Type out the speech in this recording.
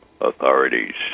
authorities